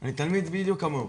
אני תלמיד בדיוק כמוהו